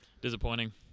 Disappointing